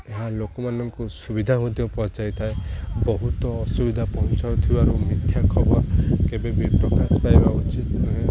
ଏହା ଲୋକମାନଙ୍କୁ ସୁବିଧା ମଧ୍ୟ ପହଞ୍ଚାଇ ଥାଏ ବହୁତ ଅସୁବିଧା ପହଞ୍ଚାଉ ଥିବାରୁ ମିଥ୍ୟା ଖବର କେବେବି ପ୍ରକାଶ ପାଇବା ଉଚିତ ନୁହେଁ